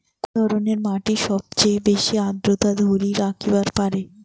কুন ধরনের মাটি সবচেয়ে বেশি আর্দ্রতা ধরি রাখিবার পারে?